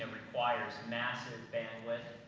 and requires massive bandwidth,